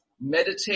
meditate